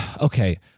Okay